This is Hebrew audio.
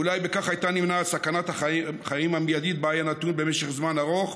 ואולי בכך הייתה נמנעת סכנת החיים המיידית שבה היה נתון במשך זמן ארוך,